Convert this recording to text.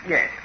Yes